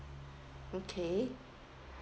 okay